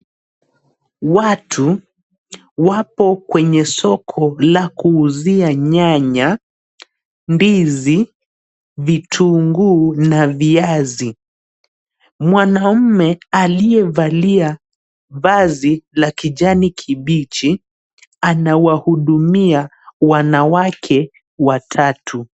Watu wapo kwenye soko la kuuzia nyanya, ndizi, vitunguu na viazi. Mwanaume aliyevalia vazi la kijani kibichi anawahudumia wanawake watatu.